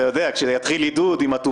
אתה יודע, כשיתחיל עידוד עם התופים.